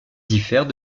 diffère